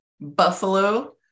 buffalo